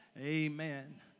amen